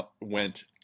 went